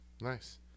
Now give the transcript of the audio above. Nice